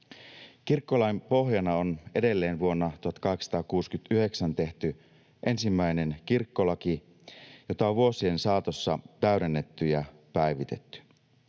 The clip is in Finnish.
Kirkkolain pohjana on edelleen vuonna 1869 tehty ensimmäinen kirkkolaki, jota on vuosien saatossa täydennetty ja päivitetty.